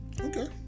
Okay